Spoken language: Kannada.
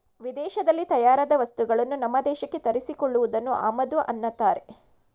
ವಿದೇಶದಲ್ಲಿ ತಯಾರಾದ ವಸ್ತುಗಳನ್ನು ನಮ್ಮ ದೇಶಕ್ಕೆ ತರಿಸಿ ಕೊಳ್ಳುವುದನ್ನು ಆಮದು ಅನ್ನತ್ತಾರೆ